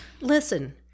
Listen